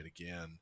again